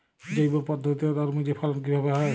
জৈব পদ্ধতিতে তরমুজের ফলন কিভাবে হয়?